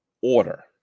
order